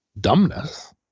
dumbness